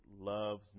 loves